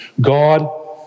God